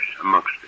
amongst